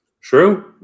True